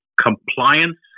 Compliance